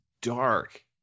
dark